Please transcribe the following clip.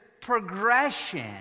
progression